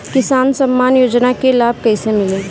किसान सम्मान योजना के लाभ कैसे मिली?